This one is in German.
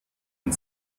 und